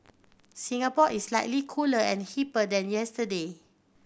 Singapore is slightly cooler and hipper than yesterday